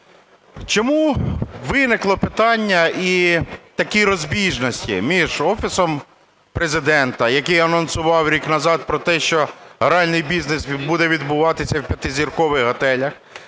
Чому виникло питання і такі розбіжності між Офісом Президента, який анонсував рік назад про те, що гральний бізнес буде відбуватися в п'ятизіркових готелях,